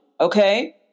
okay